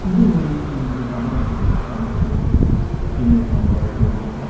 even when you see divine onscreen in those john waters movies,